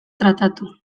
tratatu